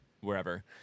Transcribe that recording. wherever